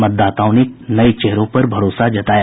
मतदाताओं ने कई नये चेहरों पर भरोसा जताया